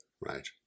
Right